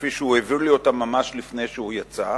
כפי שהוא העביר לי אותם ממש לפני שהוא יצא,